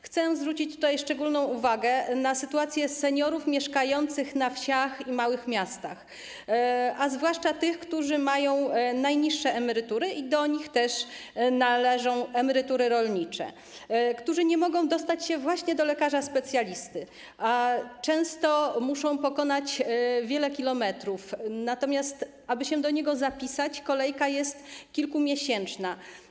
Chcę zwrócić szczególną uwagę na sytuację seniorów mieszkających na wsiach i w małych miastach, a zwłaszcza tych, którzy mają najniższe emerytury - i do nich też należą emerytury rolnicze - którzy nie mogą dostać się do lekarza specjalisty, a często muszą pokonać wiele kilometrów, a aby się do niego zapisać, kolejka jest kilkumiesięczna.